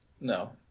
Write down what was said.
No